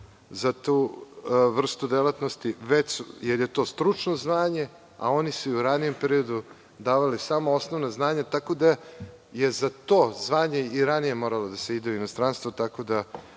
za tu vrstu delatnosti, jer je to stručno znanje, a oni su i u ranijem periodu davali samo osnovna znanja, tako da je za to zvanje i ranije moralo da se ide u inostranstvo. Tu